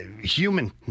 human